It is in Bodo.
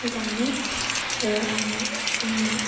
मोजाङानो आङो आंनि